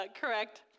correct